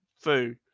food